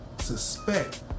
suspect